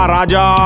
Raja